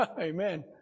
Amen